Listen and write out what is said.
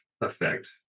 effect